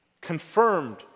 Confirmed